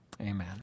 amen